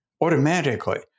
automatically